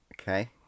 Okay